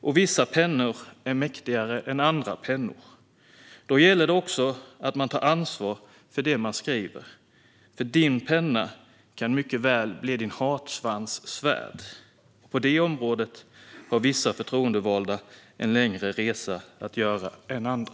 Och vissa pennor är mäktigare än andra pennor. Då gäller det också att man tar ansvar för det som man skriver. För din penna kan mycket väl bli din hatsvans svärd. På detta område har vissa förtroendevalda en längre resa att göra än andra.